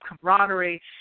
camaraderie